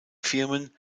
firmen